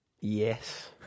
Yes